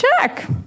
check